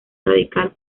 radical